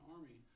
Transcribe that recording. Army